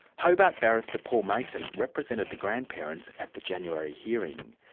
hobart barrister paul mason represented the grandparents at the january hearing.